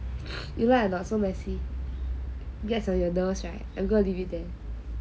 you like or not so messy gets on your nose right I'm going to leave it there